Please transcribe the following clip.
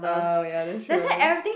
uh ya that's true